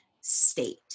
state